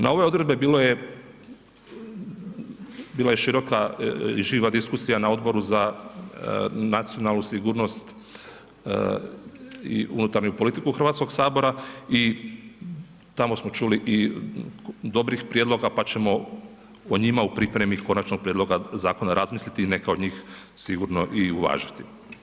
Na ove odredbe bilo je, bila je široka i živa diskusija na Odboru za nacionalnu sigurnost i unutarnju politiku Hrvatskog sabora i tamo smo čuli i dobrih prijedloga pa ćemo o njima u pripremi konačnog prijedloga zakona razmisliti i neka od njih sigurno i uvažiti.